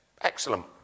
Excellent